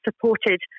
supported